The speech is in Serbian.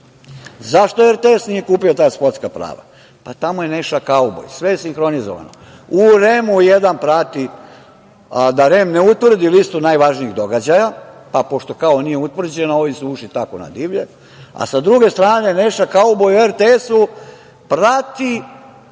RTS nije kupio ta sportska prava? Pa tamo je Neša kauboj. Sve je sinhronizovano. U REM-u jedan prati da REM ne utvrdi listu najvažnijih događaja, pa pošto kao nije utvrđeno ovi su ušli tako na divlje, a sa druge strane Neša kauboj u RTS-u prati